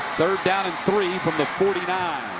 third down and three from the forty nine.